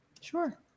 Sure